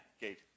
gate